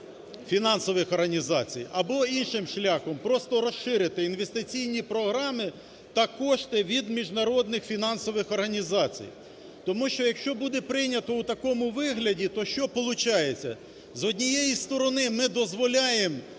фінансових організацій, або іншим шляхом просто розширити інвестиційні програми та кошти від міжнародних фінансових організацій. Тому що, якщо буде прийнято у такому вигляді, то що получається: з однієї сторони, ми дозволяємо,